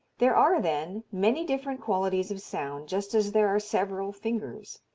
there are, then, many different qualities of sound, just as there are several fingers.